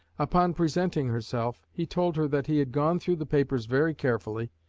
upon presenting herself, he told her that he had gone through the papers very carefully,